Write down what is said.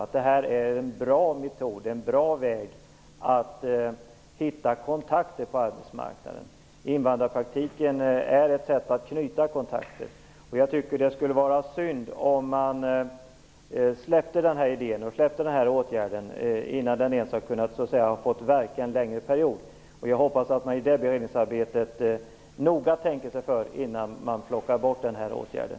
Invandrarpraktiken är ett bra sätt att knyta kontakter på arbetsmarknaden, och jag tycker att det skulle vara synd om man släppte den åtgärden innan den har fått verka en längre period. Jag hoppas att man i beredningsarbetet noga tänker sig för, innan man plockar bort den åtgärden.